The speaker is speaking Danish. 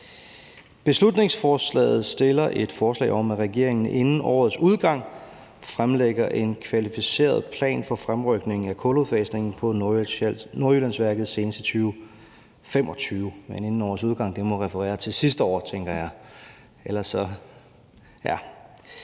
Beslutningsforslaget handler om, at regeringen inden årets udgang fremlægger en kvalificeret plan for fremrykningen af kuludfasningen på Nordjyllandsværket senest i 2025. Jeg tænker, at det med inden årets udgang må referere til sidste år. Det har